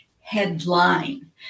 headline